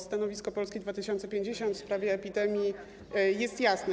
Stanowisko Polski 2050 w sprawie epidemii jest jasne.